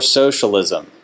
socialism